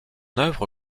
œuvre